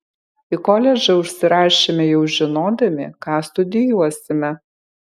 į koledžą užsirašėme jau žinodami ką studijuosime